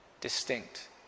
distinct